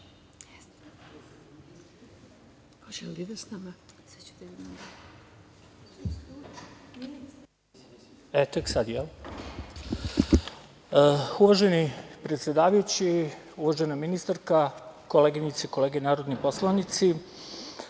Uvaženi predsedavajući, uvažena ministarka, koleginice i kolege narodni poslanici,